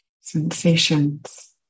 Sensations